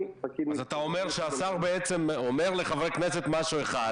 אני פקיד --- אתה אומר שהשר אומר לחברי הכנסת משהו אחד,